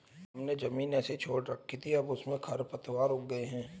हमने ज़मीन ऐसे ही छोड़ रखी थी, अब उसमें खरपतवार उग गए हैं